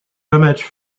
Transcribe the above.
damage